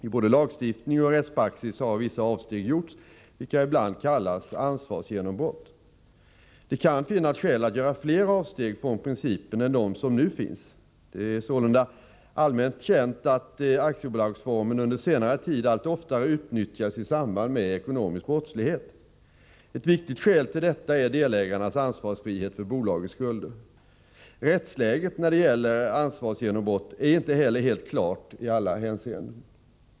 I både lagstiftning och rättspraxis har vissa avsteg gjorts, vilka ibland kallas ansvarsgenombrott. Det kan finnas skäl att göra fler avsteg från principen än de som nu finns. Det är således allmänt känt att aktiebolagsformen under senare tid allt oftare utnyttjas i samband med ekonomisk brottslighet. Ett viktigt skäl till detta är delägarnas ansvarsfrihet vad beträffar bolagets skulder. Rättsläget när det gäller ansvarsgenombrott är inte heller helt klart i alla hänseenden.